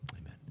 Amen